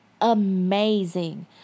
amazing